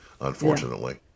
unfortunately